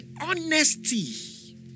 honesty